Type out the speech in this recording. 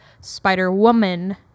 Spider-Woman